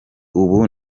ubu